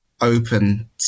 open